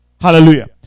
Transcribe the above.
Hallelujah